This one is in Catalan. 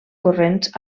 corrents